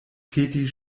peti